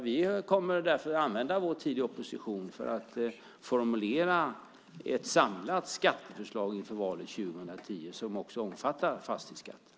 Vi kommer därför att använda vår tid i opposition till att formulera ett samlat skatteförslag inför valet 2010 som också omfattar fastighetsskatten.